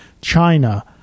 china